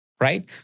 right